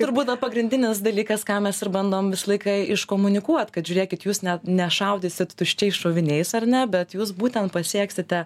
ir būna pagrindinis dalykas ką mes ir bandom visą laiką iškomunikuot kad žiūrėkit jūs net nešaudysit tuščiais šoviniais ar ne bet jūs būtent pasieksite